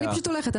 אני פשוט הולכת.